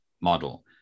model